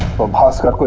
bhaskar?